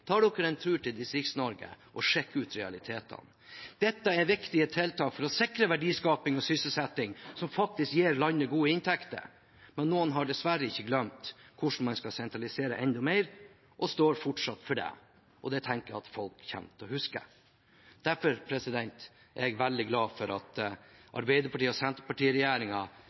og sjekke ut realitetene. Dette er viktige tiltak for å sikre verdiskaping og sysselsetting som faktisk gir landet gode inntekter. Men noen har dessverre ikke glemt hvordan man skal sentralisere enda mer, og står fortsatt for det. Det tenker jeg at folk kommer til å huske. Derfor er jeg og mange andre veldig glad for at